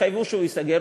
התחייבו שהוא ייסגר,